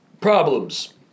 Problems